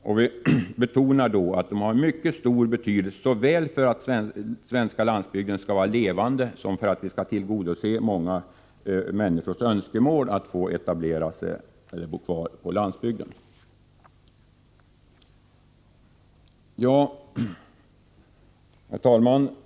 Vi betonar att dessa mindre jordbruk har en mycket stor betydelse såväl för att den svenska landsbygden skall vara levande som för att vi skall kunna tillgodose många människors önskemål om att få etablera sig eller bo kvar på landsbygden. Herr talman!